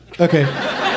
Okay